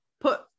put